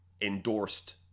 endorsed